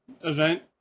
event